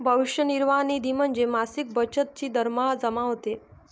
भविष्य निर्वाह निधी म्हणजे मासिक बचत जी दरमहा जमा होते